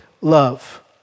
love